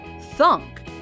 thunk